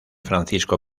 francisco